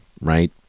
right